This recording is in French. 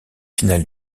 finale